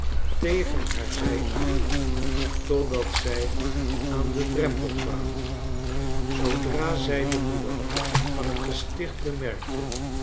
tegen haar zij aan totdat zij aan den drempel kwamen zoodra zij de moeder van tgesticht bemerkte